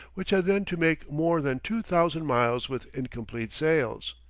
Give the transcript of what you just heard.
which had then to make more than two thousand miles with incomplete sails.